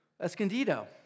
Escondido